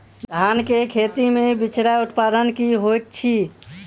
धान केँ खेती मे बिचरा उत्पादन की होइत छी?